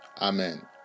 Amen